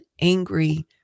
angry